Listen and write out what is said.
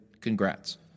congrats